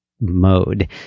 Mode